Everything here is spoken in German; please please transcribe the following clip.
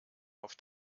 auf